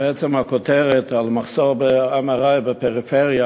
בעצם הכותרת על מחסור ב-MRI בפריפריה,